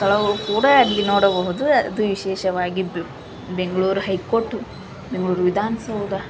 ಸ್ಥಳಗಳು ಕೂಡ ಅಲ್ಲಿ ನೋಡಬಹುದು ಅದು ವಿಶೇಷವಾಗಿದ್ದು ಬೆಂಗ್ಳೂರು ಹೈ ಕೋರ್ಟು ಬೆಂಗ್ಳೂರು ವಿಧಾನ ಸೌಧ